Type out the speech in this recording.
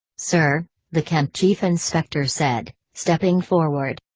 sir, the kent chief inspector said, stepping forward.